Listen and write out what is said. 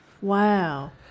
Wow